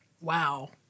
Wow